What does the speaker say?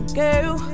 girl